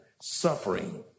suffering